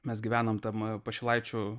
mes gyvenam tam pašilaičių